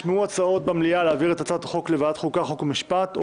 הצעת חוק ראשונה היא הצעת חוק ציון יום לאומי